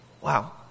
Wow